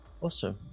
Awesome